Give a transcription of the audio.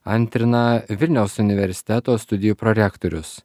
antrina vilniaus universiteto studijų prorektorius